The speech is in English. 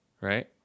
Right